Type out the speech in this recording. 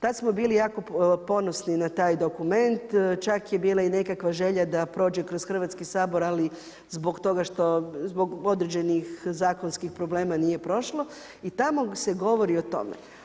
Tad smo bili jako ponosni na taj dokument, čak je bila nekakva želja da prođe kroz Hrvatski sabor ali zbog određenih zakonskih problema nije prošlo, i tamo se govori o tome.